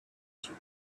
you